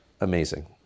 Amazing